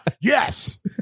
yes